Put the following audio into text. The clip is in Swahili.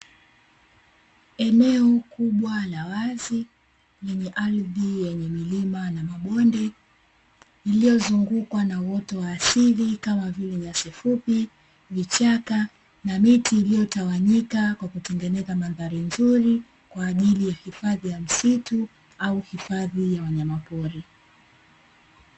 Eneo kubwa la wazi lenye ardhi yenye milima na mabonde iliyozungukwa na uoto wa asili kama vile nyasi fupi, vichaka na miti; iliyotawanyika na kutengeneza mandhari nzuri kwa ajili ya hifadhi ya msitu au hifadhi ya wanyamapori.